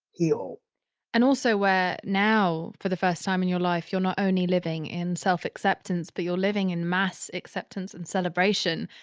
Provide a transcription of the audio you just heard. heal and also where now for the first time in your life, you're not only living in self-acceptance, but you're living in mass acceptance and celebration.